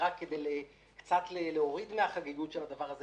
רק כדי להוריד קצת מן החגיגות של הדבר הזה,